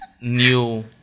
new